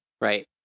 Right